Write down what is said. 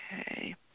Okay